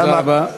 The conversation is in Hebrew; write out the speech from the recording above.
למה, תודה רבה.